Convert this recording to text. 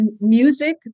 music